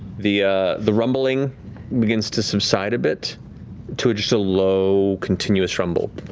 the the rumbling begins to subside a bit to just a low, continuous rumble.